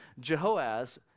Jehoaz